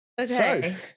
Okay